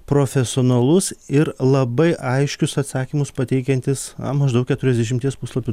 profesionalus ir labai aiškius atsakymus pateikiantis maždaug keturiasdešimties puslapių